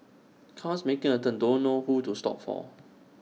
cars making A turn don't know who to stop for